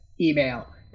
email